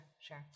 sure